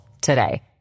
today